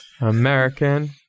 American